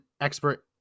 expert